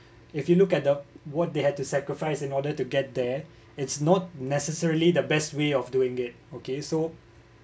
if you look at the what they had to sacrifice in order to get there it's not necessarily the best way of doing it okay so